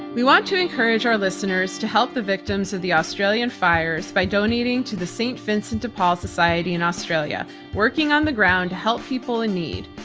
we want to encourage our listeners to help the victims of the australian fires by donating to the st. vincent de paul society in australia working on the ground to help people in need.